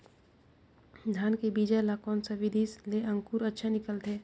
धान के बीजा ला कोन सा विधि ले अंकुर अच्छा निकलथे?